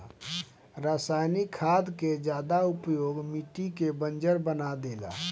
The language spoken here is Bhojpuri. रासायनिक खाद के ज्यादा उपयोग मिट्टी के बंजर बना देला